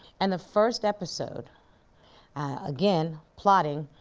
and the first episode again, plotting,